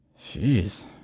Jeez